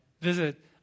visit